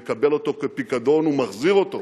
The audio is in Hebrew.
מקבל אותו כפיקדון ומחזיר אותו.